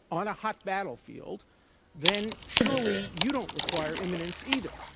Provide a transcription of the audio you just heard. on a hot battlefield then surely you don't require imminence either.